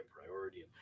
priority